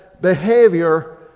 behavior